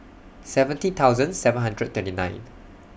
seventy thousand seven hundred twenty nine